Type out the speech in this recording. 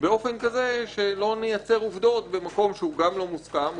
באופן כזה שלא נייצר עובדות במקום שהוא לא מוסכם,